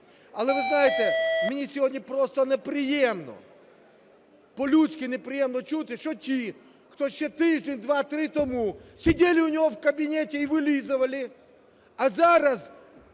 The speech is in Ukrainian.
Але, ви знаєте, мені сьогодні просто неприємно, по-людськи неприємно чути, що ті, хто ще тиждень, два, три тому сидели у него в кабинете и вылизывали, а зараз